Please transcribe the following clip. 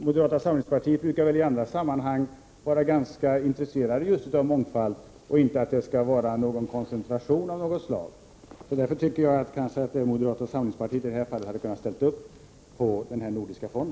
Moderata samlingspartiet brukar väl i andra sammanhang vara ganska intresserat av mångfald och tycka att det inte skall vara någon koncentration. Därför tycker jag att moderata samlingspartiet i detta fall hade kunnat ställa upp på denna nordiska fond.